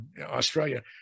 Australia